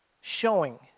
showing